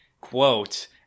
quote